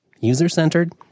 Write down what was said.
user-centered